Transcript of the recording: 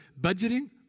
budgeting